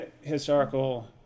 historical